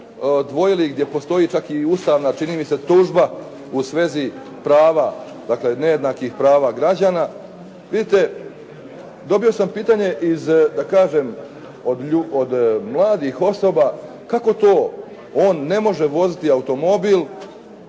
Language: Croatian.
dvojili, gdje postoji čak i ustavna čini mi se tužba u svezi prava, dakle nejednakih prava građana. Vidite, dobio sam pitanje iz, da kažem, od mladih osoba kako to on ne može voziti automobil,